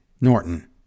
Norton